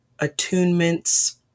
attunements